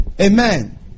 Amen